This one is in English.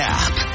app